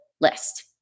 list